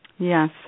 Yes